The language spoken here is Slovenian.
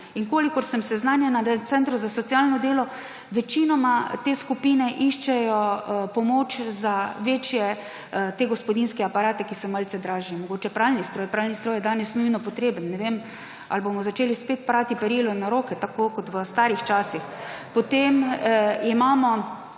In kolikor sem seznanjena od centrov za socialno delo, večinoma te skupine iščejo pomoč za te večje gospodinjske aparate, ki so malce dražji. Mogoče pralni stroj, pralni stroj je danes nujno potreben. Ne vem, ali bomo začeli spet prati perilo na roke kot v starih časih. Potem imamo